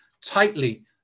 tightly